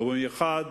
ובמיוחד